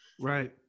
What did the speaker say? Right